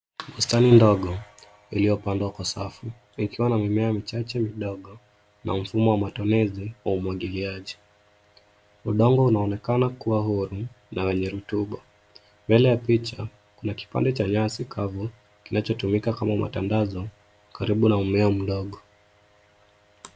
Bustani ndogo iliyopandwa kwa safu ikiwa na mimea michache midogo na mfumo wa matumizi wa umwagiliaji. Udongo unaonekana kuwa huru na wenye rotuba. Mbele ya picha, kuna kipande cha nyasi kavu kinachotumika kama matandazo, karibu na mmea mdogo.